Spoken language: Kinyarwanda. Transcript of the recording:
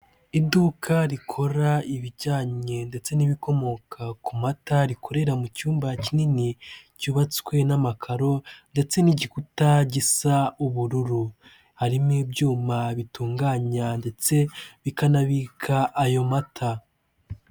Iduka rikora ibijyanye ndetse n'ibikomoka ku mata rikorera mu cyumba kinini cyubatswe n'amakaro ndetse n'igikuta gisa ubururu, harimo ibyuma bitunganya ndetse bikanabika ayo mata.